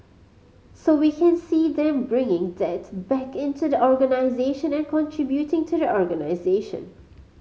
so we can see them bringing that back into the organisation and contributing to the organisation